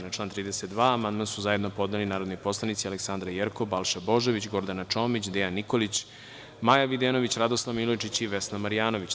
Na član 32. amandman su zajedno podneli narodni poslanici Aleksandra Jerkov, Balša Božović, Gordana Čomić, Dejan Nikolić, Maja Videnović, Radoslav Milojičić i Vesna Marjanović.